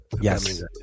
Yes